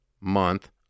month